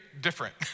different